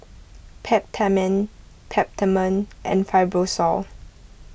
Peptamen Peptamen and Fibrosol